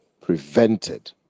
prevented